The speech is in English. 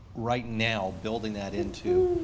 right now, building that into